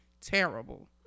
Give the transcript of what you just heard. terrible